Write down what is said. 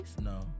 No